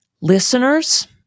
Listeners